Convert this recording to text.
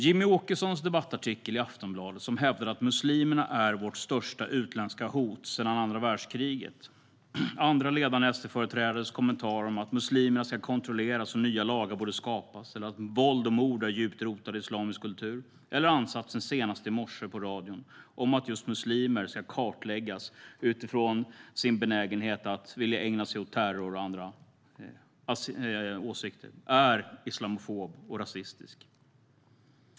Jimmie Åkessons debattartikel i Aftonbladet, som hävdade att muslimerna är vårt största utländska hot sedan andra världskriget, andra ledande SD-företrädares kommentarer om att muslimerna ska kontrolleras, att nya lagar borde skapas och att våld och mord är djupt rotade i islamisk kultur samt ansatsen senast i morse på radion att just muslimer ska kartläggas utifrån sin benägenhet att vilja ägna sig åt terror och andra åsikter är islamofobiska och rasistiska.